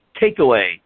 Takeaway